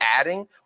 adding